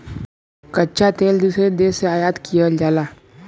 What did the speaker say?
कच्चा तेल दूसरे देश से आयात किहल जाला